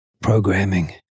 programming